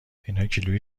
ایناکیلویی